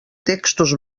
textos